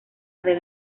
del